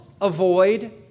avoid